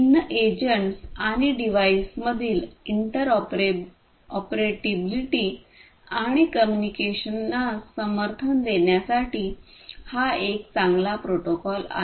भिन्न एजंट्स आणि डिव्हाइसमधील इंटरऑपरेबिलिटी आणि कम्युनिकेशनास समर्थन देण्यासाठी हा एक चांगला प्रोटोकॉल आहे